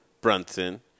Brunson